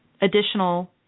additional